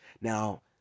Now